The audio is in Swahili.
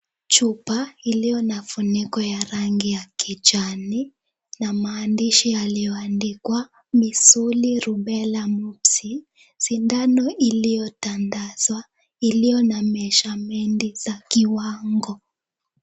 Chupa iliyo na funiko ya rangi ya kijani na maandishi yalioandikwa, misoli , rubela , mumpsi . Sindano iliyotandazwa iliyo na meshamendi ya kiwango.